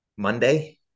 Monday